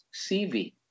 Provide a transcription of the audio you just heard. CV